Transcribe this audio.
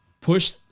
push